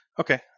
Okay